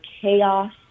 chaos